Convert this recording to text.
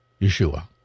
Yeshua